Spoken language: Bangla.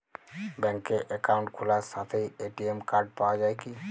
ব্যাঙ্কে অ্যাকাউন্ট খোলার সাথেই এ.টি.এম কার্ড পাওয়া যায় কি?